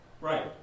right